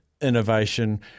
innovation